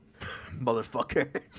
motherfucker